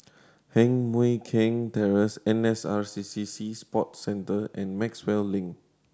Heng Mui Keng Terrace N S R C C Sea Sports Centre and Maxwell Link